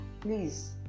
Please